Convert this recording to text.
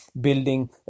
building